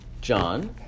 John